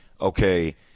okay